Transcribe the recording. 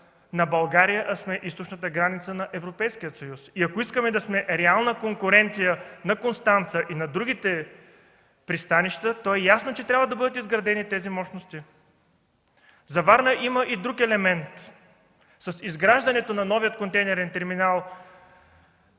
на България, а сме източната граница на Европейския съюз, и ако искаме да са реална конкуренция на Констанца и на другите пристанища, то е ясно, че трябва да бъдат изградени тези мощности. За Варна има и друг елемент – с изграждането на новия контейнерен терминал